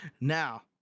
now